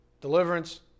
Deliverance